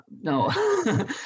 No